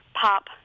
pop